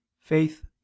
faith